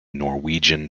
norwegian